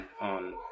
on